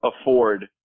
afford